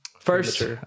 first